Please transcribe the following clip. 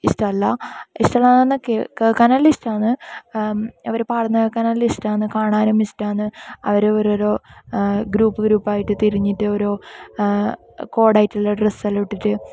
ഇഷ്ടമല്ല ഇഷ്ടമല്ലയെന്ന് പറഞ്ഞാൽ കേൾക്കാനെല്ലാം ഇഷ്ടമാണ് ഇവർ പാടുന്നതു കേൾക്കാനെല്ലാം ഇഷ്ടമാണ് കാണാനും ഇഷ്ടമാണ് അവരോരോരോ ഗ്രുപ്പ് ഗ്രുപ്പ് ആയിട്ട് തിരിഞ്ഞിട്ടോരോ കോഡായിട്ടുള്ള ഡ്രെസ്സെല്ലാം ഇട്ടിട്ട്